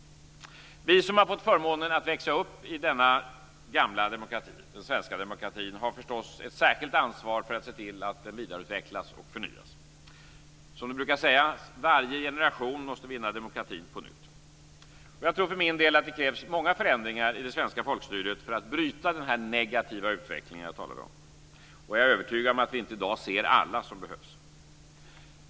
Vi som har fått förmånen att växa upp i denna gamla demokrati, den svenska demokratin, har förstås ett särskilt ansvar för att se till att den vidareutvecklas och förnyas. Det brukar sägas att varje generation måste vinna demokratin på nytt. Jag tror att det krävs många förändringar i det svenska folkstyret för att bryta den negativa utvecklingen. Jag är övertygad om att vi i dag inte ser alla som behövs.